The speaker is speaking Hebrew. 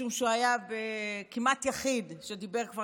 משום שהוא היה כמעט היחיד שדיבר כבר